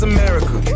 America